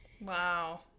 Wow